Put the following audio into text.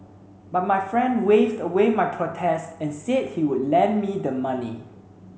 but my friend waved away my protests and said he would lend me the money